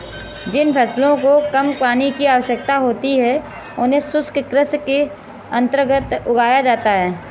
जिन फसलों को कम पानी की आवश्यकता होती है उन्हें शुष्क कृषि के अंतर्गत उगाया जाता है